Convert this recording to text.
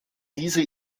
diese